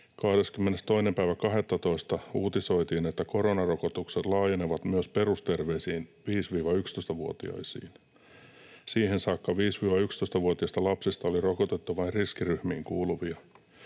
22.12. uutisoitiin, että koronarokotukset laajenevat myös perusterveisiin 5—11-vuotiaisiin. Siihen saakka 5—11-vuotiaista lapsista oli rokotettu vain riskiryhmiin kuuluvia.